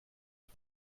les